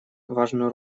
важную